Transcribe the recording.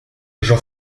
j’en